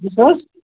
کُس حظ